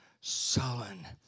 sullen